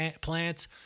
plants